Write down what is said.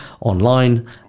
online